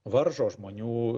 varžo žmonių